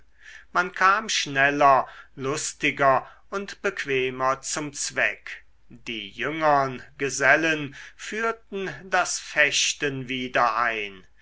man kam schneller lustiger und bequemer zum zweck die jüngern gesellen führten das fechten wieder ein